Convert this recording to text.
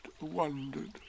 wondered